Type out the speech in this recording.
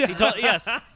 Yes